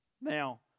now